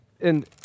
and-